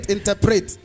Interpret